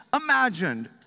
imagined